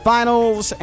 Finals